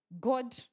God